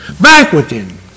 banqueting